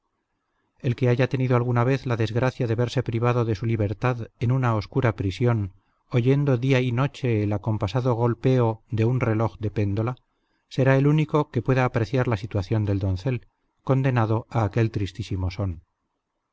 el que haya tenido alguna vez la desgracia de verse privado de su libertad en una oscura prisión oyendo día y noche el acompasado golpeo de un reloj de péndola será el único que pueda apreciar la situación del doncel condenado a aquel tristísimo son